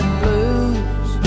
blues